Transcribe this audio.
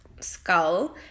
skull